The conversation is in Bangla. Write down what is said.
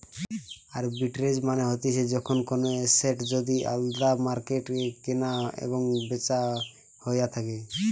আরবিট্রেজ মানে হতিছে যখন কোনো এসেট যদি আলদা মার্কেটে কেনা এবং বেচা হইয়া থাকে